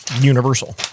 universal